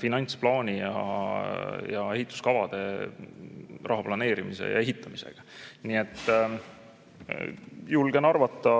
finantsplaani ja ehituskavade, raha planeerimise ja ehitamisega. Nii et julgen arvata